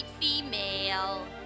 female